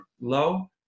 low